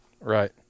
Right